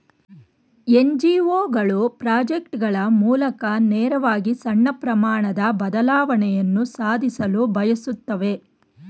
NGO ಗಳು project ಗಳ ಮೂಲಕ ನೇರವಾಗಿ ಸಣ್ಣ ಪ್ರಮಾಣದ ಬದಲಾವಣೆಯನ್ನು ಸಾಧಿಸಲು ಬಯಸುತ್ತೆ